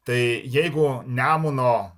tai jeigu nemuno